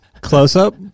Close-up